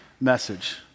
message